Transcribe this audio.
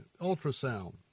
ultrasound